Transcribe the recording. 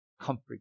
comfort